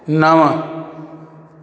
नव